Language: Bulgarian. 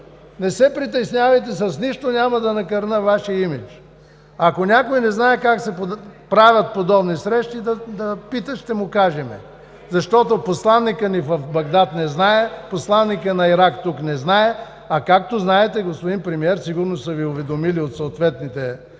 Не се притеснявайте, с нищо няма да накърня Вашия имидж. Ако някой не знае как се правят подобни срещи, да пита, ще му кажем. Защото посланикът ни в Багдад не знае, посланикът на Ирак тук не знае (шум и реплики от ГЕРБ), а както знаете, господин Премиер, сигурно са Ви уведомили от съответните